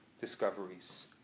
discoveries